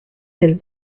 will